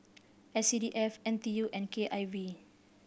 S C D F N T U and K I V